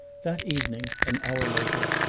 that evening, an hour later,